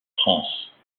france